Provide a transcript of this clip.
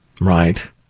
Right